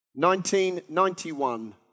1991